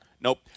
nope